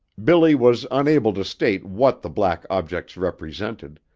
billy was unable to state what the black objects represented,